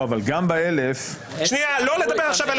גם ב-1,000 --- לא לדבר עכשיו על